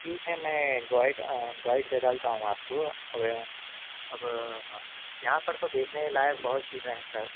ٹھیک ہے میں گائڈ دے ڈالتا ہوں آپ کو اب اب یہاں پر دیکھنے کے لائق بہت چیزیں ہیں سر